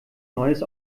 neues